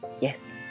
yes